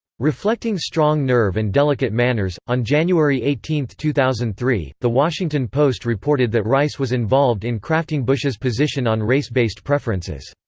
reflecting strong nerve and delicate manners on january eighteen, two thousand and three, the washington post reported that rice was involved in crafting bush's position on race-based preferences.